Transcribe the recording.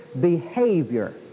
behavior